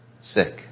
sick